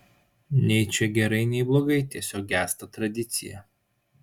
nei čia gerai nei blogai tiesiog gęsta tradicija